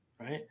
right